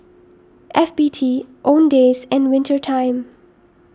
F B T Owndays and Winter Time